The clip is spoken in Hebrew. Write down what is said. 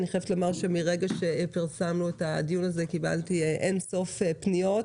אני חייבת לומר שמרגע שפרסמנו את הדיון הזה קיבלתי אין-ספור פניות,